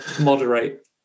moderate